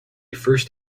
first